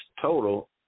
total